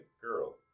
girl